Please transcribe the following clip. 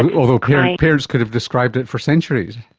and although parents could have described it for centuries.